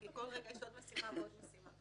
כי כל רגע יש עוד משימה ועוד משימה.